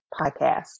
podcast